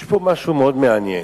יש פה משהו מאוד מעניין.